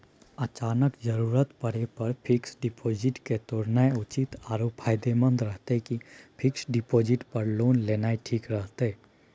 अचानक जरूरत परै पर फीक्स डिपॉजिट के तोरनाय उचित आरो फायदामंद रहतै कि फिक्स डिपॉजिट पर लोन लेनाय ठीक रहतै?